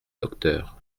docteur